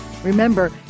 Remember